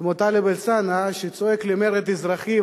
כמו טלב אלסאנע שצועק למרד אזרחי.